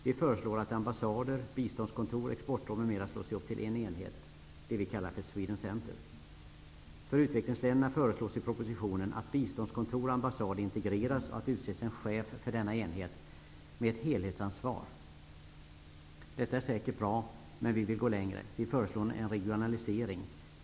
Vi föreslår att ambassader, biståndskontor, exportråd m.m. slås ihop till en enhet, det vi kallar för Sweden Centre. För utvecklingsländerna föreslås i propositionen att biståndskontor och ambassad integreras och att det utses en chef för denna enhet med ett helhetsansvar. Detta är säkert bra, men vi vill gå längre. Vi föreslår en regionalisering.